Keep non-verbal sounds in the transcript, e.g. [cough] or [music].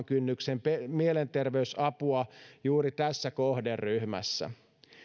[unintelligible] kynnyksen mielenterveysapua juuri tässä kohderyhmässä